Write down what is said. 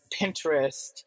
Pinterest